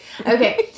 Okay